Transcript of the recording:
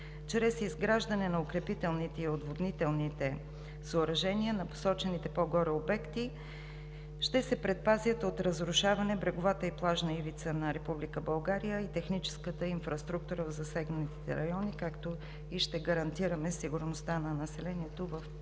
Чрез изграждане на укрепителните и отводнителните съоръжения на посочените по-горе обекти, ще се предпазят от разрушаване бреговата и плажна ивица на Република България и техническата инфраструктура в засегнатите райони, както и ще гарантираме сигурността на населението в посочените